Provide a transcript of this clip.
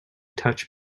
touch